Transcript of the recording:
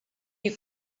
you